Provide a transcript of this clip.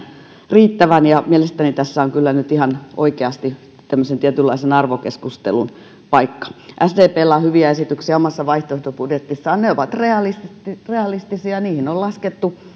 riittävän mielestäni tässä on kyllä nyt ihan oikeasti tämmöisen tietynlaisen arvokeskustelun paikka sdpllä on hyviä esityksiä omassa vaihtoehtobudjetissaan ne ovat realistisia realistisia ja niihin on laskettu